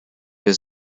was